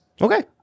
Okay